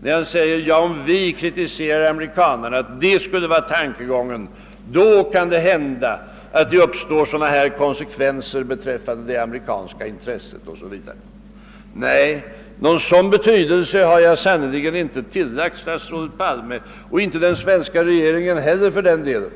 när han säger: Om han kritiserar amerikanerna — det skulle vara tankegången — då kan det hända att konsekvenser uppstår beträffande det amerikanska intresset för Europa och Sverige. Någon sådan betydelse har jag sannerligen inte tillagt statsrådet Palme och inte den svenska regeringen heller för den delen.